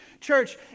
Church